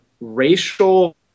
racial